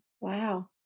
Wow